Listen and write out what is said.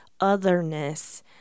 otherness